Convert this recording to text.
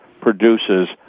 produces